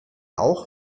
auch